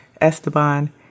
Esteban